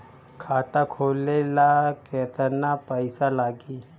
खाता खोले ला केतना पइसा लागी?